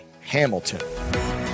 Hamilton